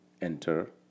enter